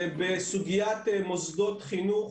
בסוגיית מוסדות חינוך